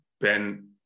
Ben